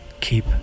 Keep